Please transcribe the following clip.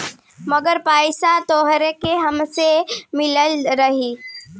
मगर पईसा तोहके हमेसा मिलत रही